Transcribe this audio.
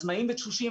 שהם עצמאיים ותשושים.